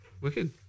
Wicked